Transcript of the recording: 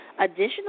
Additional